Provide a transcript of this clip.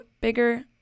bigger